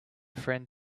friend